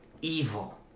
evil